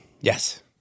yes